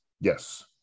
Yes